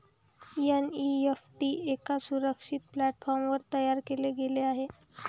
NEFT एका सुरक्षित प्लॅटफॉर्मवर तयार केले गेले आहे